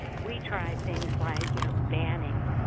we try things like, you know, banning